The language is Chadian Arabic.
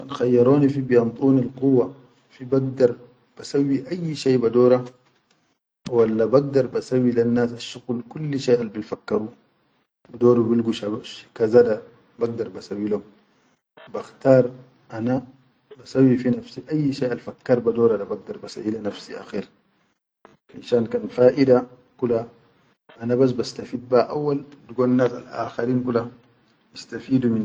Kan khayyaroni fi biyan duni kuwa bagdar basawwi ayyi shai badora walla bagdar basawwi lel nas shuqul kuli shai al bifkaru bidoru bulgu kaza da bagdar ba sawwi lehum bakhtar ana basawwi fi nafsi ayyi shai al farkar badora bagdar ba sayyi le nafsi akher finshan kan faʼida kula ana bastafid beha auwal diggon nas alʼakhrin kula bistafidu.